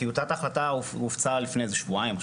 טיוטת ההחלטה הופצה לפני כשבועיים.